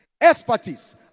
expertise